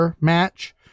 match